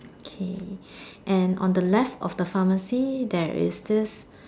okay and on the left of the pharmacy there is this